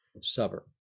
suburb